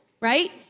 Right